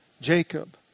Jacob